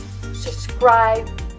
Subscribe